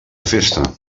festa